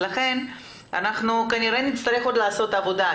לכן אנחנו כנראה נצטרך לעשות עוד עבודה.